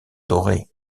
dorés